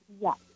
Yes